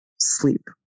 sleep